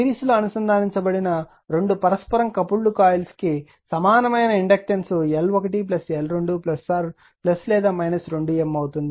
సిరీస్లో అనుసంధానించబడిన 2 పరస్పరం కపుల్డ్ కాయిల్స్కు సమానమైన ఇండక్టెన్స్ L1L22M అవుతుంది